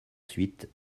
ensuite